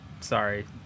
Sorry